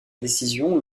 décision